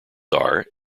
are